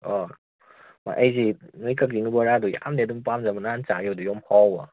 ꯑꯥ ꯑꯩꯁꯤ ꯅꯣꯏ ꯀꯛꯆꯤꯡꯒꯤ ꯕꯣꯔꯥꯗꯨ ꯌꯥꯝꯅꯗꯤ ꯑꯗꯨꯝ ꯄꯥꯝꯖꯕ ꯅꯍꯥꯟ ꯆꯥꯈꯤꯕꯗꯨ ꯌꯥꯝ ꯍꯥꯎꯕ